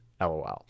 lol